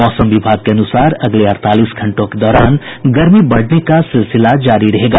मौसम विभाग के अनुसार अगले अड़तालीस घंटों के दौरान गर्मी बढ़ने का सिलसिला जारी रहेगा